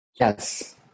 Yes